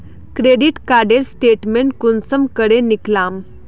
Credit कार्डेर statement कुंसम करे निकलाम?